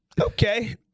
okay